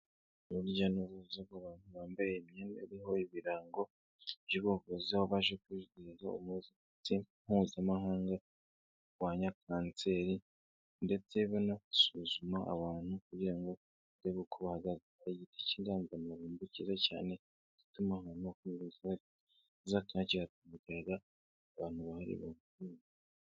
Ururya n'uruza ku bantu bambaye imyenda iriho ibirango by'ubuvuzi, baje kwiziwiza umu mpuzamahanga wokurwanya kanseri, ndetse banasuzuma abantu kugira ngo barebe uko bahagaze, har' igiti cy'indanganzamarumbo cyiza cyane gituma hazamo akayaga ndetse numwuka mwiza.